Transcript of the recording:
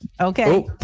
Okay